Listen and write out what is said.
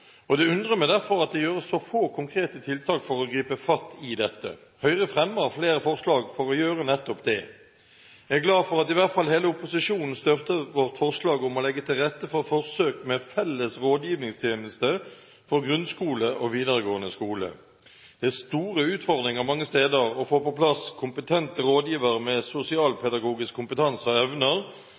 og det undrer meg derfor at det kommer så få konkrete tiltak for å gripe fatt i dette. Høyre fremmer flere forslag for å gjøre nettopp det. Jeg er glad for at i hvert fall hele opposisjonen støtter vårt forslag om å legge til rette for forsøk med felles rådgivningstjeneste for grunnskole og videregående skole. Det er store utfordringer mange steder med å få på plass kompetente rådgivere med sosialpedagogisk kompetanse og